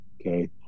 Okay